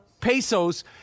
pesos